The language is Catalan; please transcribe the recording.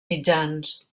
mitjans